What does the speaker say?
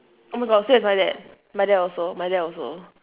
oh my god same as my dad my dad also my dad also